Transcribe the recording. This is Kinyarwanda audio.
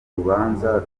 urubanza